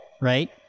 right